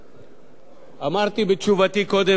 אמרתי בתשובתי קודם, ואני חוזר בראשי פרקים: